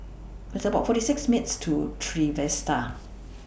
It's about forty six minutes' Walk to Trevista